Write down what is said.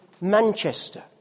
Manchester